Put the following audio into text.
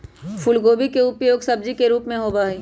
फूलगोभी के उपयोग सब्जी के रूप में होबा हई